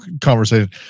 conversation